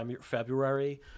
February